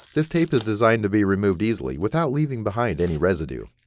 this tape is designed to be removed easily without leaving behind any residue.